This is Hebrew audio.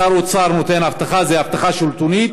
כששר האוצר נותן הבטחה, זאת הבטחה שלטונית,